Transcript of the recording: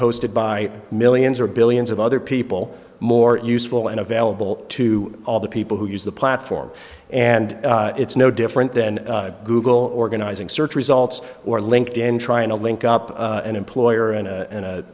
posted by millions or billions of other people more useful and available to all the people who use the platform and it's no different than google organizing search results or linked in trying to link up an employer and a